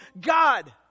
God